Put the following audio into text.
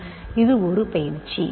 எனவே இது ஒரு பயிற்சி